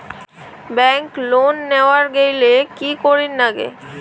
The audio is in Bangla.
ব্যাংক লোন নেওয়ার গেইলে কি করীর নাগে?